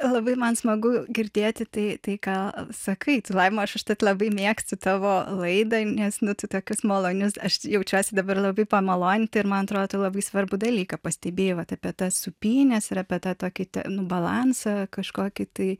labai man smagu girdėti tai ką sakai tu laima aš užtat labai mėgsti tavo laidą nes nu tu tokius malonius aš jaučiuosi dabar labai pamaloninta ir man atrodo tu labai svarbų dalyką pastebėjai vat apie tas sūpynes ir apie tą tokį tą balansą kažkokį tai